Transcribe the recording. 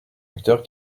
acteurs